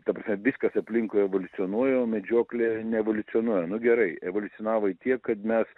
ta prasme viskas aplinkui evoliucionuoja o medžioklė neevoliucionuoja nu gerai evoliucionavo į tiek kad mes